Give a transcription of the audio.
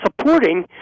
supporting